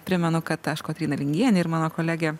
primenu kad aš kotryna lingienė ir mano kolegė